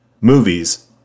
movies